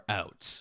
out